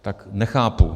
Tak nechápu.